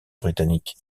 britannique